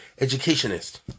educationist